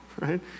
right